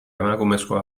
emakumezkoa